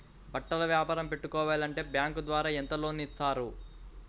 బట్టలు వ్యాపారం పెట్టుకోవాలి అంటే బ్యాంకు ద్వారా ఎంత లోన్ ఇస్తారు?